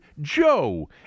Joe